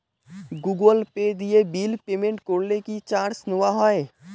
Google Pay দিয়ে bill payment করলে কি চার্জ নেওয়া হয়?